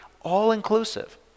all-inclusive